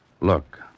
Look